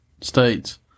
states